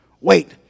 Wait